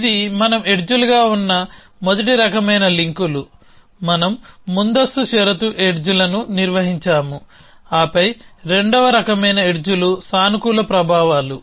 ఇది మనం ఎడ్జ్ లుగా ఉన్న మొదటి రకమైన లింక్లు మనం ముందస్తు షరతు ఎడ్జ్ లను నిర్వహించాముఆపై రెండవ రకమైన ఎడ్జ్ లు సానుకూల ప్రభావాలు